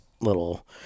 little